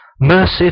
Mercy